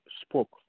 spoke